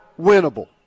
winnable